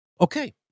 Okay